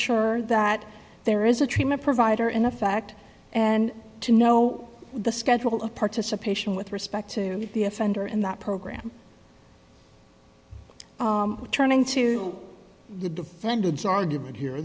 sure that there is a treatment provider in effect and to know the schedule of participation with respect to the offender in that program turning to the defendant's argument here